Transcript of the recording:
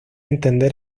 entender